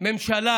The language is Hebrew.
ממשלה